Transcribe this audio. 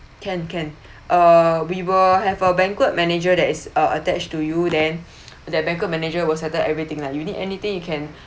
can can uh we will have a banquet manager that is uh attach to you then that banquet manager will settle everything lah you need anything you can